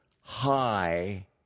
high